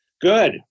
Good